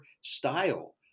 style